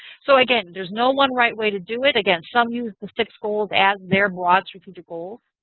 so again, there's no one right way to do it. again, some use the six goals as their broad strategic goals.